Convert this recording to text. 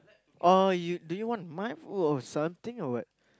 oh you do you want my or something or what